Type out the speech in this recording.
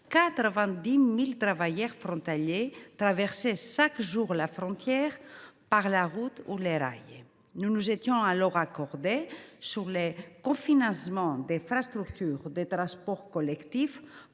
90 000 travailleurs frontaliers traversaient chaque jour la frontière par la route ou le rail. Nous nous étions alors accordés sur le cofinancement d’infrastructures de transports collectifs